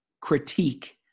critique